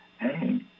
Hey